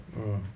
mm